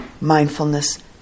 mindfulness